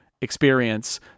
experience